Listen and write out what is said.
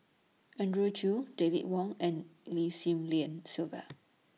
Andrew Chew David Wong and Lim Swee Lian Sylvia